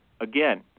Again